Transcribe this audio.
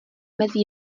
mezi